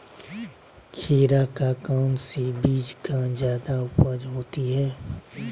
खीरा का कौन सी बीज का जयादा उपज होती है?